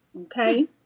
Okay